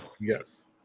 Yes